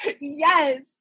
Yes